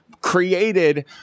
created